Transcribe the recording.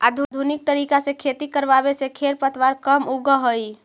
आधुनिक तरीका से खेती करवावे से खेर पतवार कम उगह हई